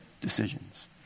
decisions